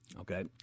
Okay